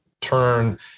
turn